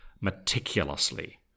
meticulously